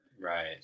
Right